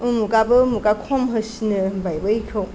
उमुगाबो उमुगा खम होसिनो होनबाय बैखौ